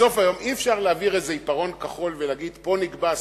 בסוף היום אי-אפשר להעביר איזה עיפרון כחול ולהגיד: פה נקבע הסכום,